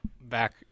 back